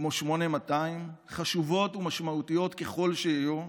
כמו 8200, חשובות ומשמעותיות ככל שיהיו,